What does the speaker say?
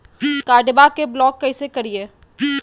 कार्डबा के ब्लॉक कैसे करिए?